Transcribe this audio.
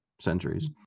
centuries